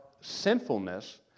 sinfulness